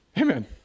Amen